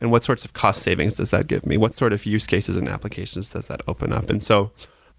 and what sorts of cost savings does that give me? what sort of use cases and applications does that open up? and so